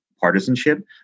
partisanship